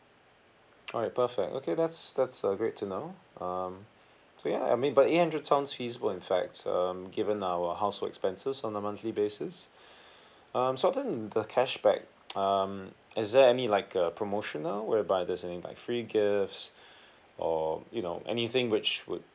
alright perfect okay that's that's uh great to know um so yeah I mean but eight hundred sounds feasible in fact um given our housework expenses on a monthly basis um so then the cashback um is there any like a promotional whereby there's any like free gifts or you know anything which would